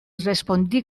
respondí